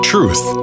Truth